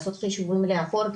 לעשות חשבון לאחור,